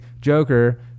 Joker